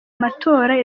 matora